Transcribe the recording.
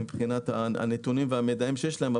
על הנתונים והמידע שיש להם.